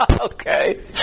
Okay